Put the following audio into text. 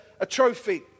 atrophy